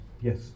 Yes